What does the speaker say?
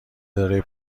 اداره